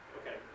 okay